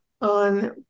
on